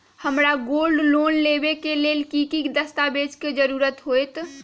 हमरा gold loan लेबे के लेल कि कि दस्ताबेज के जरूरत होयेत?